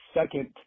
Second